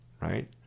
right